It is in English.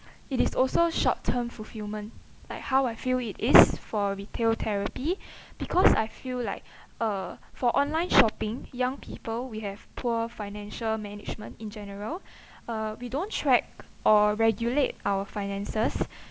it is also short term fulfillment like how I feel it is for retail therapy because I feel like uh for online shopping young people we have poor financial management in general uh we don't track or regulate our finances